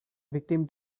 victim